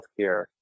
healthcare